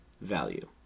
value